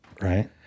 Right